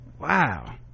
wow